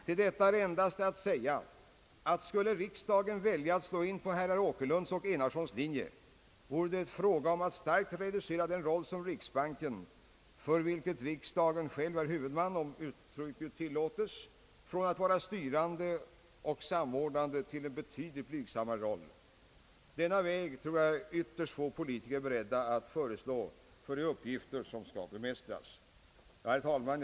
Till detta är endast att säga att det, om riksdagen skulle välja att slå in på herrar Åkerlunds och Enarssons linje, vore fråga om att starkt reducera den roll som riksbanken — för vilken riksdagen själv är huvudman, om uttrycket tillåtes — har att vara styrande och samordnande till en betydligt blygsammare roll. Denna väg tror jag att ytterst få politiker är beredda att förorda med tanke på de uppgifter som måste bemästras. Herr talman!